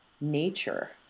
nature